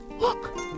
Look